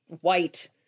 white